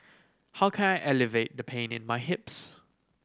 how can I alleviate the pain in my hips